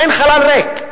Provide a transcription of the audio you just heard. אין חלל ריק,